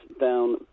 down